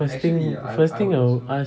basically the first thing I would ask